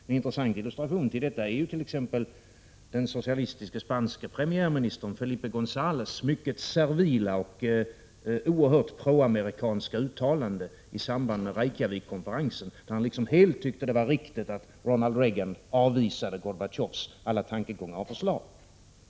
En intressant illustration till detta är t.ex. den socialistiske spanske premiärministern Felipe Gonzålez mycket servila och oerhört proamerikan ska uttalande i samband med Reykjavikskonferensen, då han sade att han tyckte det var helt riktigt att Ronald Reagan avvisade Gorbatjovs alla tankegångar och förslag.